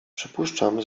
przypuszczam